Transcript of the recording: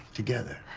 together.